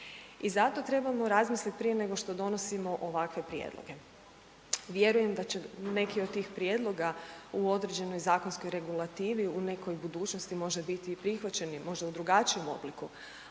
i zato trebamo razmisliti prije nego što donosimo ovakve prijedloge. Vjerujem da će neki od tih prijedloga u određenoj zakonskoj regulativi u nekoj budućnosti možda biti i prihvaćeni, možda u drugačijem obliku,